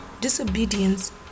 Disobedience